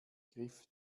griff